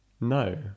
No